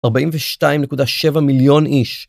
42.7 מיליון איש.